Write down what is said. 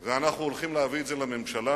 ואנחנו הולכים להביא את זה לממשלה,